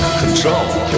control